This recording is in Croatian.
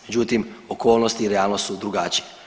Međutim, okolnosti i realnost su drugačije.